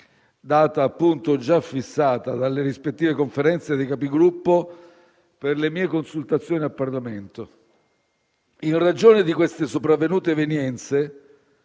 data già fissata dalle rispettive Conferenze dei Capigruppo per le mie consultazioni al Parlamento. In ragione di queste sopravvenute evenienze,